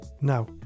Now